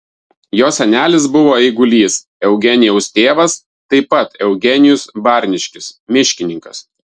jo senelis buvo eigulys eugenijaus tėvas taip pat eugenijus barniškis miškininkas